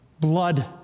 blood